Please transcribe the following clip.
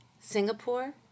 Singapore